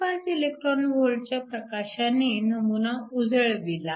5 eV च्या प्रकाशाने नमुना उजळविला